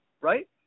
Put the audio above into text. right